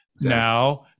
now